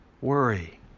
Worry